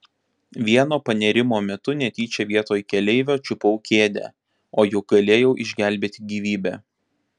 vieno panėrimo metu netyčia vietoj keleivio čiupau kėdę o juk galėjau išgelbėti gyvybę